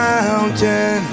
Mountain